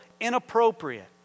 inappropriate